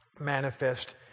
Manifest